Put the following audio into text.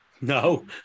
No